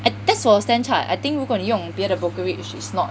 I that's for stand chart I think 如果你用别的 brokerage it's not